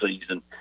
season